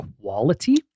quality